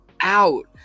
out